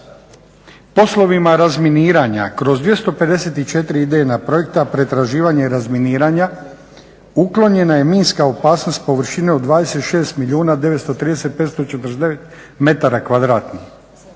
Poslovima razminiranja kroz 254 idejna projekta pretraživanja i razminiranja uklonjena je minska opasnost površine od 26